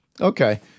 Okay